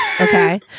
okay